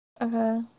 Okay